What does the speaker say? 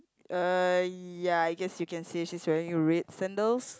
uh ya I guess you can say she's wearing red sandals